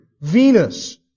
Venus